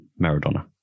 maradona